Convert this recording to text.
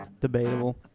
Debatable